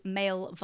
male